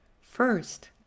First